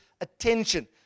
attention